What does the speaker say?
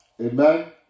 Amen